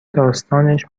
داستانش